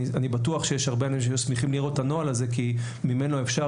אני בטוח שיש הרבה אנשים שהיו שמחים לראות את הנוהל הזה כי ממנו אפשר